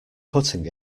putting